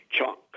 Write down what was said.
chunk